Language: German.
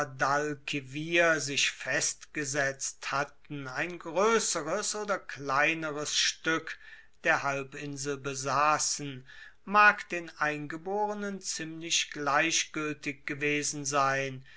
guadalquivir sich festgesetzt hatten ein groesseres oder kleineres stueck der halbinsel besassen mag den eingeborenen ziemlich gleichgueltig gewesen sein